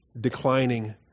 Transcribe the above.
declining